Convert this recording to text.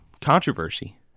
controversy